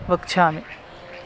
वक्ष्यामि